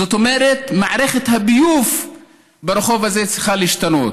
זאת אומרת שמערכת הביוב ברחוב הזה צריכה להשתנות,